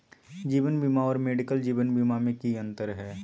जीवन बीमा और मेडिकल जीवन बीमा में की अंतर है?